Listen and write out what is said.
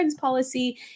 policy